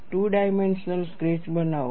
to dimensional sketch બનાવો